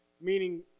Meaning